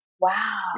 Wow